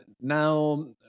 now